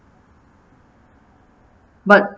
but